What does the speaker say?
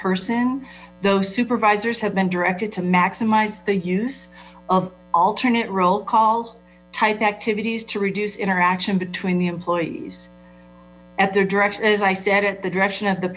person though supervisors have been directed to maximize the use of alternate roll call type activities to reduce interaction between the employees at their direction as i said at the direction of the